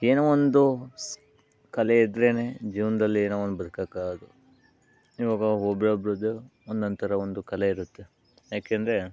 ಏನೋ ಒಂದು ಕಲೆ ಇದ್ದರೇನೇ ಜೀವನ್ದಲ್ಲಿ ಏನೋ ಒಂದು ಬದುಕೋಕಾಗೋದು ಇವಾಗ ಒಬ್ಬರೊಬ್ರದ್ದು ಒಂದೊಂಥರ ಒಂದು ಕಲೆ ಇರುತ್ತೆ ಏಕೆಂದರೆ